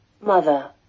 mother